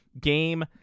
game